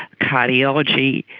cardiology,